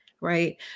Right